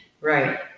Right